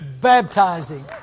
baptizing